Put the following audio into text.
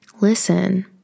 listen